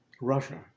Russia